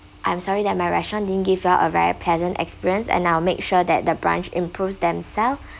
I'm sorry that my restaurant didn't give you all a very pleasant experience and I'll make sure that the branch improves themself